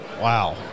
Wow